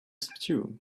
stew